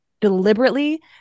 deliberately